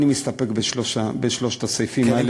אני מסתפק בשלושת הסעיפים האלה.